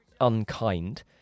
unkind